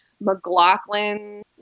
McLaughlin